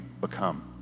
become